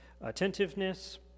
attentiveness